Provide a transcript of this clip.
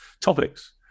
topics